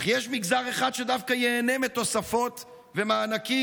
אך יש מגזר אחד שדווקא ייהנה מתוספות ומענקים: